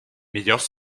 meilleurs